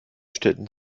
städten